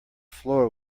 floor